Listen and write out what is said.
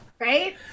Right